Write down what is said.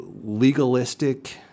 legalistic